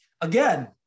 Again